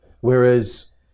Whereas